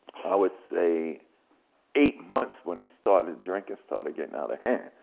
i would say eight months when i started drinking, started getting out of hand.